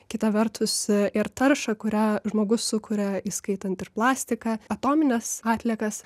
kita vertus ir taršą kurią žmogus sukuria įskaitant ir plastiką atomines atliekas